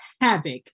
havoc